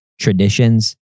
traditions